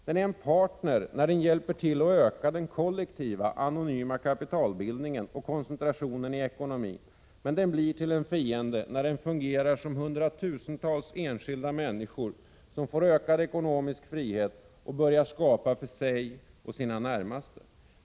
Den är en partner när den hjälper till att öka den kollektiva anonyma kapitalbildningen och koncentrationen i ekonomin, men den blir till en fiende när den fungerar via hundratusentals enskilda människor, som får ökad ekonomisk frihet och börjar skapa för sig och sina närmaste.